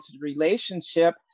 relationship